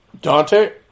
Dante